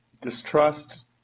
distrust